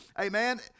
Amen